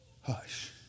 Hush